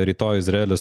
rytoj izraelis